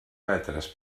metres